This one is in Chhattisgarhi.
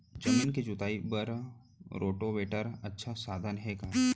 जमीन के जुताई बर रोटोवेटर अच्छा साधन हे का?